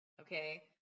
okay